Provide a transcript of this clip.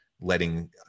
letting